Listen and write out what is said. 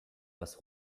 was